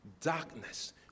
Darkness